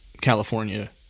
California